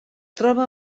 troba